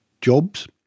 jobs